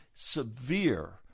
severe